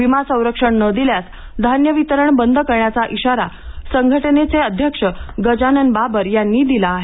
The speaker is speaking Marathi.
विमा संरक्षण न दिल्यास धान्य वितरण बंद करण्याचा इशारा संघटनेचे अध्यक्ष गजानन बाबर यांनी दिला आहे